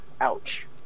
Ouch